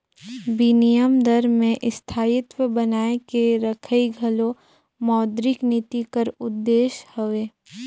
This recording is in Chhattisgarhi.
बिनिमय दर में स्थायित्व बनाए के रखई घलो मौद्रिक नीति कर उद्देस हवे